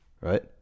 Right